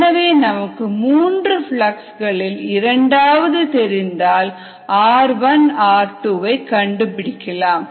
எனவே நமக்கு 3 பிளக்ஸ் களில் 2 ஆவது தெரிந்தால் r1r2 கண்டுபிடிக்கலாம்